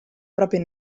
proprie